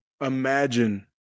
Imagine